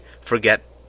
forget